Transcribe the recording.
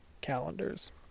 calendars